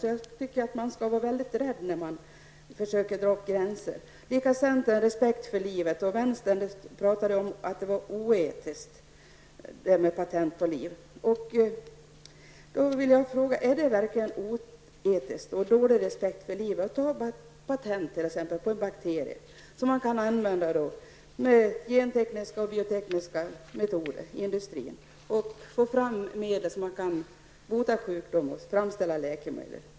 Jag tycker därför att man skall vara mycket försiktig när man försöker dra gränser här. Centern talar om respekt för livet. Från vänstern talar man om att detta med patent på liv är oetiskt. Men är det verkligen oetiskt och är det ett bevis på dålig respekt för livet att ta patent på t.ex. en bakterie som kan användas med hjälp av gentekniska och biotekniska metoder i industrin för att framställa medel med vilkas hjälp man kan bota människor från sjukdomar eller framställa läkemedel?